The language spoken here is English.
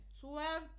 Twelve